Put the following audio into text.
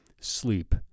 sleep